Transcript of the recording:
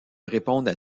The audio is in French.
répondre